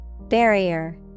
Barrier